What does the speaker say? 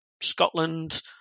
Scotland